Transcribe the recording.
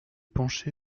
penché